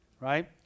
right